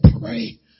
pray